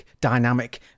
dynamic